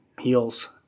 heals